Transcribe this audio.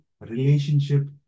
relationship